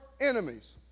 enemies